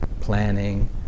planning